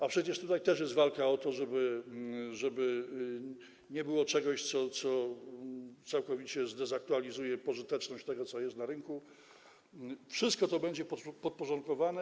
A przecież tutaj też jest walka o to, żeby nie było czegoś, co całkowicie zdezaktualizuje pożyteczność tego, co jest na rynku, i wszystko to będzie podporządkowane.